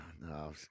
no